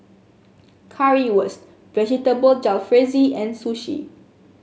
Currywurst Vegetable Jalfrezi and Sushi